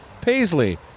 Paisley